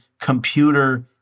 computer